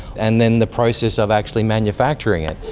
and then the process of actually manufacturing it,